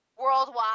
Worldwide